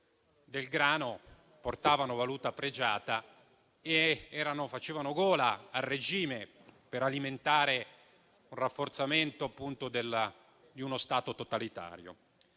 del grano portavano valuta pregiata e facevano gola al regime per alimentare il rafforzamento di uno Stato totalitario.